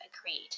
agreed